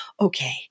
Okay